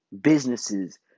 Businesses